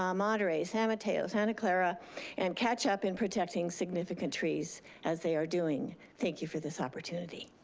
um monterey, san mateo, santa clara and catch up in protecting significant trees as they are doing thank you for this opportunity.